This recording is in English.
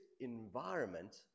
environment